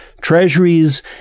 treasuries